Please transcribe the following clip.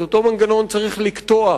את אותו מנגנון צריך לקטוע,